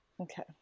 Okay